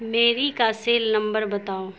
میری کا cell number بتاؤ